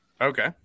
Okay